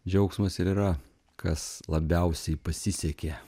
džiaugsmas ir yra kas labiausiai pasisekė